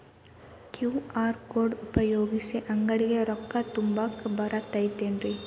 QR code ಉಪಯೋಗಿಸಿ, ಅಂಗಡಿಗೆ ರೊಕ್ಕಾ ತುಂಬಾಕ್ ಬರತೈತೇನ್ರೇ?